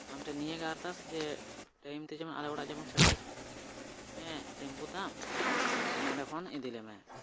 ᱟᱢ ᱴᱷᱮᱱ ᱱᱤᱭᱟᱹᱜᱮ ᱟᱨᱫᱟᱥ ᱡᱮ ᱴᱟᱹᱭᱤᱢ ᱨᱮ ᱡᱮᱢᱚᱱ ᱟᱞᱮ ᱚᱲᱟᱜ ᱡᱮᱢᱚᱱ ᱥᱮᱴᱮᱨ ᱛᱟᱢ ᱴᱮᱢᱯᱩ ᱛᱟᱢ ᱟᱨ ᱱᱚᱸᱰᱮ ᱠᱷᱚᱱ ᱤᱫᱤ ᱞᱮᱢᱮ